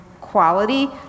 quality